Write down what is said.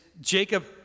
Jacob